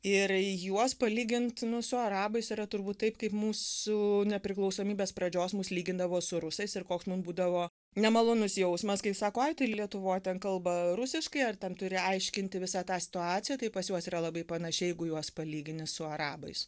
ir juos palygint nu su arabais yra turbūt taip kaip mūsų nepriklausomybės pradžios mus lygindavo su rusais ir koks mum būdavo nemalonus jausmas kai sako ai ten lietuvoj ten kalba rusiškai ar ten turi aiškinti visą tą situaciją tai pas juos yra labai panašiai jeigu juos palygini su arabais